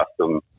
custom